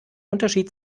unterschied